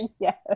yes